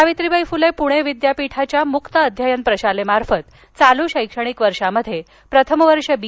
सावित्रीबाई फुले पुणे विद्यापीठाच्या मुक्त अध्ययन प्रशालेमार्फत चालू शैक्षणिक वर्षामध्ये प्रथम वर्ष बी